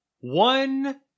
One